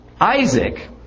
Isaac